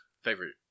Favorite